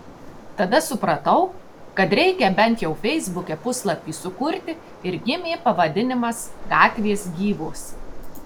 tada supratau kad reikia bent jau feisbuke puslapį sukurti ir gimė pavadinimas gatvės gyvos